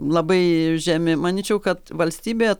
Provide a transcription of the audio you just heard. labai žemi manyčiau kad valstybė